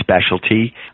specialty